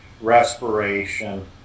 respiration